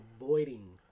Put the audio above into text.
avoiding